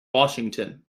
washington